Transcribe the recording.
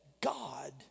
God